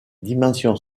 dimensions